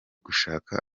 gushaka